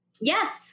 yes